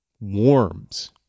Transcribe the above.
warms